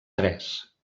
tres